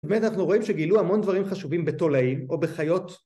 זאת אומרת אנחנו רואים שגילו המון דברים חשובים בתולעים או בחיות